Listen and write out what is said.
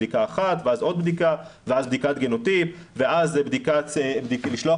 בדיקה אחת ואז עוד בדיקה ואז בדיקת גנוטיפ ואז לשלוח